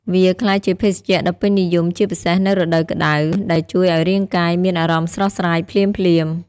វាក្លាយជាភេសជ្ជៈដ៏ពេញនិយមជាពិសេសនៅរដូវក្តៅ ដែលជួយឲ្យរាងកាយមានអារម្មណ៍ស្រស់ស្រាយភ្លាមៗ។